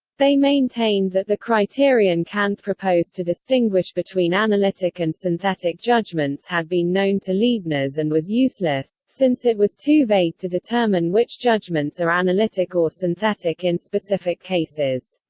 they maintained that the criterion kant proposed to distinguish between analytic and synthetic judgments had been known to leibniz and was useless, since it was too vague to determine which judgments are analytic or synthetic in specific cases.